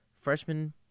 Freshman